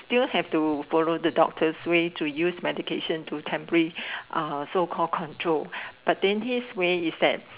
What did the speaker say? still have to follow the doctor's way to use medication to temporary uh so call control but then his way is that